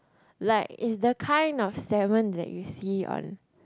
like it's the kind of salmon that you see on